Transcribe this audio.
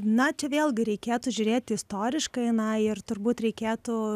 na čia vėlgi reikėtų žiūrėti istoriškai na ir turbūt reikėtų